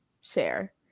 share